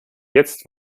jetzt